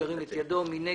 מי נגד?